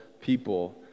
people